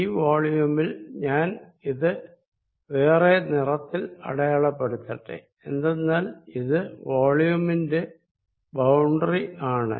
ഈ വോളിയുമിൽ ഞാൻ ഇത് വേറെ നിറത്തിൽ അടയാളപ്പെടുത്തട്ടെ എന്തെന്നാൽ ഇത് വോളിയുമിന്റെ ബൌണ്ടറി ആണ്